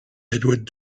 edward